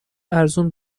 ارزون